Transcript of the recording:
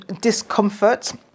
discomfort